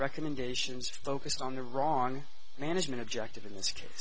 recommendations focused on the wrong management objective in this case